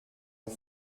aux